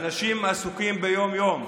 האנשים עסוקים ביום-יום,